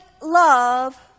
love